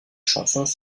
chansons